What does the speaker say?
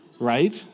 right